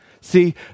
See